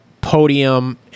podium